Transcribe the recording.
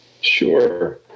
Sure